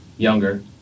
younger